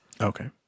Okay